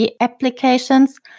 applications